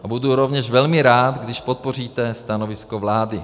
A budu rovněž velmi rád, když podpoříte stanovisko vlády.